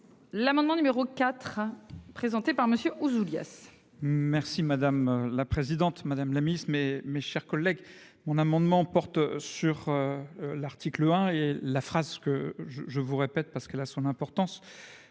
L'amendement numéro 4 présenté par Monsieur Ouzoulias. Merci madame la présidente madame la miss mais mes chers collègues. Mon amendement porte sur. L'article 1 et la phrase que je je vous répète parce qu'elle a son importance